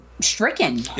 stricken